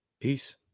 Peace